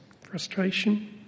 frustration